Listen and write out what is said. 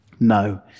No